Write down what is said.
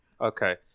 Okay